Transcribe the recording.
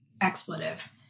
expletive